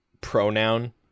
pronoun